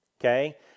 okay